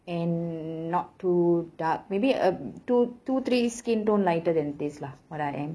and not too dark maybe a two two three skin tone lighter than this lah what I am